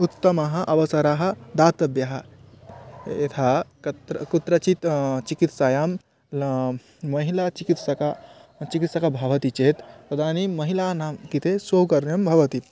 उत्तमः अवसरः दातव्यः यथा कुत्र कुत्रचित् चिकित्सायां ल महिलाचिकित्सकः चिकित्सकः भवति चेत् तदानीं महिलानां कृते सौकर्यं भवति